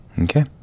okay